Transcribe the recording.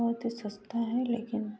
बहुत ही सस्ता है लेकिन